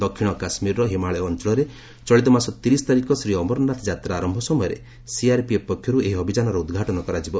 ଦକ୍ଷିଣ କାଶ୍ମୀରର ହିମାଳୟ ଅଞ୍ଚଳରେ ଚଳିତ ମାସ ତିରିଶ ତାରିଖ ଶ୍ରୀ ଅମରନାଥ ଯାତ୍ରା ଆରମ୍ଭ ସମୟରେ ସିଆର୍ପିଏଫ୍ ପକ୍ଷରୁ ଏହି ଅଭିଯାନର ଉଦ୍ଘାଟନ କରାଯିବ